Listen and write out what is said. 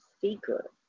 seeker